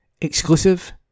Exclusive